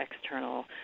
external